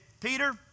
Peter